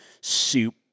soup